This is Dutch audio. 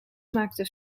maakte